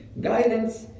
Guidance